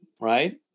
right